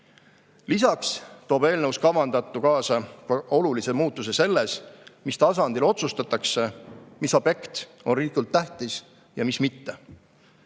Lisaks toob eelnõus kavandatav kaasa olulise muutuse selles, mis tasandil otsustatakse, mis objekt on riiklikult tähtis ja mis mitte.